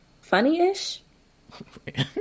funny-ish